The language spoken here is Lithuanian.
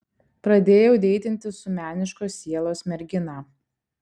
pradėjau deitinti su meniškos sielos mergina